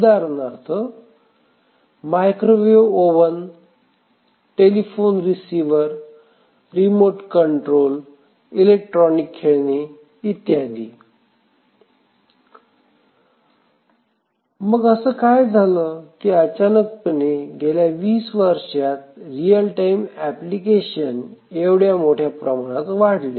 उदाहरणार्थ microwave oven telephone receiver remote controller electronic खेळणी इत्यादी मग असं काय झालं की अचानकपणे गेल्या वीस वर्षात रिअल टाइम एप्लीकेशन एवढ्या मोठ्या प्रमाणात वाढले